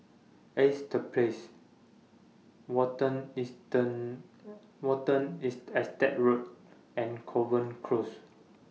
Ace The Place Watten Eastern Watten IS Estate Road and Kovan Close